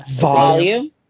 volume